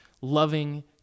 loving